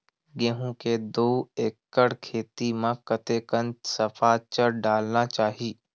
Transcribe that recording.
गेहूं के दू एकड़ खेती म कतेकन सफाचट डालना चाहि?